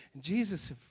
Jesus